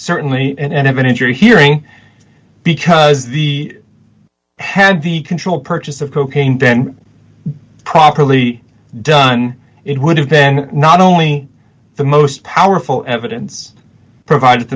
injured hearing because the had the control purchase of cocaine then properly done it would have been not only the most powerful evidence provided